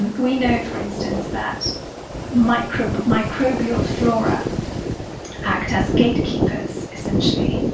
and we know for instance that microbial microbial flora act as gatekeepers, essentially